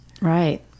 Right